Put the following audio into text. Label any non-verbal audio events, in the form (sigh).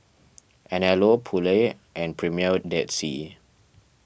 (noise) Anello Poulet and Premier Dead Sea